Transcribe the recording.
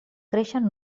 creixen